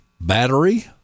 battery